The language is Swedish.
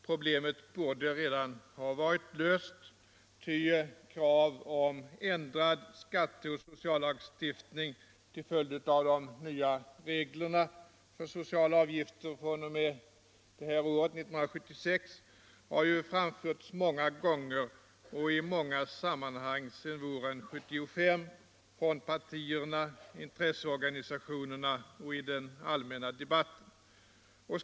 Problemet borde redan ha varit löst, ty partierna och intresseorganisationerna har ju många gånger sedan våren 1975 och i många sammanhang i den allmänna debatten framfört krav om ändrad skatteoch sociallagstiftning till följd av de nya regler för sociala avgifter som gäller fr.o.m. 1976.